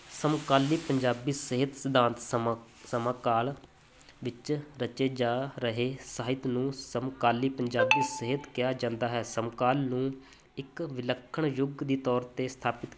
ਸਮਕਾਲੀ ਪੰਜਾਬੀ ਸਿਹਤ ਸਿਧਾਂਤ ਸਮਾਂ ਸਮਾਂ ਕਾਲ ਵਿੱਚ ਰਚੇ ਜਾ ਰਹੇ ਸਾਹਿਤ ਨੂੰ ਸਮਕਾਲੀ ਪੰਜਾਬੀ ਸਿਹਤ ਕਿਹਾ ਜਾਂਦਾ ਹੈ ਸਮਕਾਲ ਨੂੰ ਇੱਕ ਵਿਲੱਖਣ ਯੁਗ ਦੀ ਤੌਰ 'ਤੇ ਸਥਾਪਿਤ